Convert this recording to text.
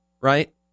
right